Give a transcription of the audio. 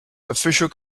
official